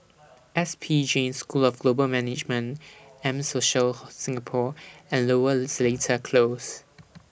S P Jain School of Global Management M Social Singapore and Lower Seletar Close